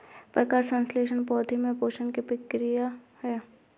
प्रकाश संश्लेषण पौधे में पोषण की प्रक्रिया है